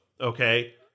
Okay